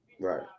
right